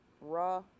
raw